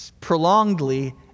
prolongedly